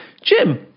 Jim